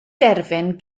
derfyn